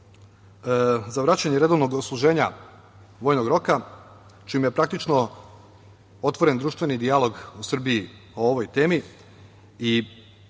za vraćanje redovnog odsluženja vojnog roka čime je praktično otvoren društveni dijalog u Srbiji o ovoj temi i